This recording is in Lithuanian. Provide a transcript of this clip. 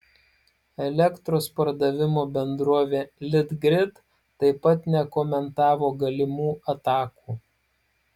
elektros perdavimo bendrovė litgrid taip pat nekomentavo galimų atakų